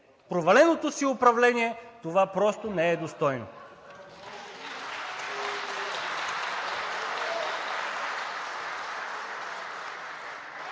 проваленото си управление, това просто не е достойно!